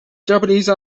japanese